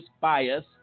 bias